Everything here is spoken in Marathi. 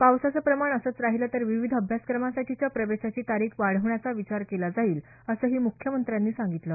पावसाचं प्रमाण असच राहीलं तर विविध अभ्यासक्रमांसाठीच्या प्रवेशाची तारीख वाढवण्याचा विचार केला जाईल असंही मुख्यमंत्र्यांनी सांगितलं